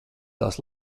tās